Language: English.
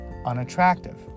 unattractive